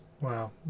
Wow